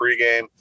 pregame